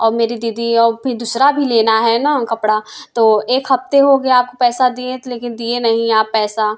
और मेरी दीदी और फिर दूसरा भी लेना है ना कपड़ा तो एक हफ्ते हो गया आप पैसा दिए थे लेकिन दिए नहीं आप पैसा